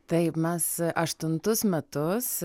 taip mes aštuntus metus